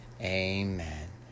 Amen